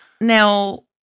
Now